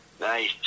Nice